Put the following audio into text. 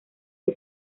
que